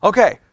Okay